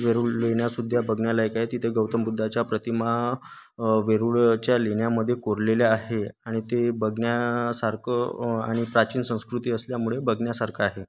वेरूळ लेण्या सुद्धा बघण्यालायक आहे तिथे गौतम बुद्धाच्या प्रतिमा वेरूळच्या लेण्यामध्ये कोरलेल्या आहे आणि ते बघण्यासारखं आणि प्राचीन संस्कृती असल्यामुळे बघण्यासारखं आहे